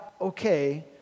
okay